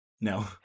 no